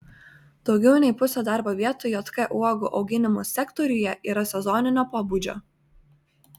daugiau nei pusė darbo vietų jk uogų auginimo sektoriuje yra sezoninio pobūdžio